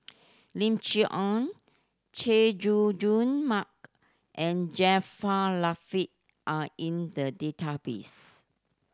Lim Chee Onn Chay Jung Jun Mark and Jaafar Latiff are in the database